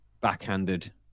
backhanded